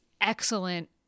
excellent